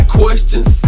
questions